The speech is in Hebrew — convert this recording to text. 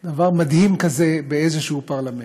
דבר מדהים כזה באיזשהו פרלמנט,